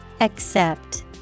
Accept